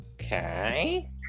Okay